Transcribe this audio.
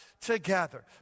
together